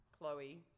Chloe